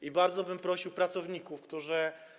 I bardzo bym prosił pracowników, którzy.